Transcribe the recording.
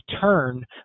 turn